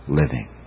living